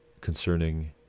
concerning